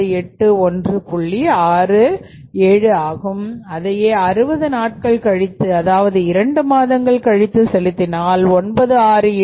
67 ஆகும் அதையே 60 நாட்கள் கழித்து அதாவது இரண்டு மாதங்கள் கழித்து செலுத்தினால் 967 2